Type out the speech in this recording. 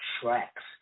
tracks